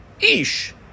Ish